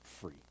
free